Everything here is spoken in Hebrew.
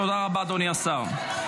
תודה רבה, אדוני השר.